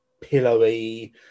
pillowy